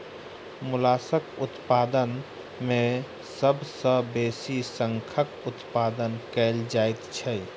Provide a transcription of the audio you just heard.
मोलास्कक उत्पादन मे सभ सॅ बेसी शंखक उत्पादन कएल जाइत छै